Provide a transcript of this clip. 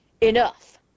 enough